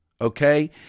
Okay